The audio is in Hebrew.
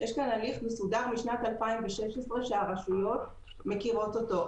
יש הליך מסודר משנת 2016 שהרשויות מכירות אותו.